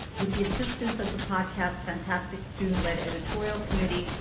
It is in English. with the assistance of the podcast, fantastic student-led editorial committee.